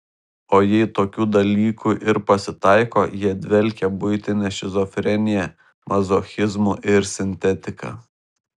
o jei tokių dalykų ir pasitaiko jie dvelkia buitine šizofrenija mazochizmu ir sintetika